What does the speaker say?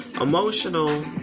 emotional